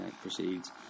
proceeds